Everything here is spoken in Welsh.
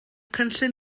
cynllun